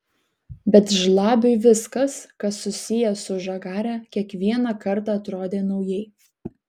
bet žlabiui viskas kas susiję su žagare kiekvieną kartą atrodė naujai